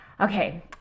Okay